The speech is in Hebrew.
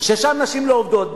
ששם נשים לא עובדות,